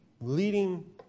leading